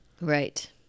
Right